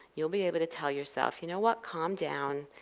you'll be able to tell yourself, you know what? calm down.